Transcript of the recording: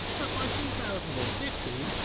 but by two thousand and fifteen,